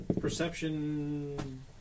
Perception